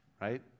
right